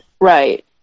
Right